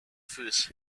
first